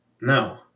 no